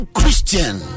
Christian